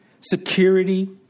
security